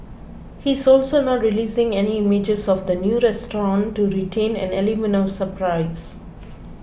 he's also not releasing any images of the new restaurant to retain an element of surprise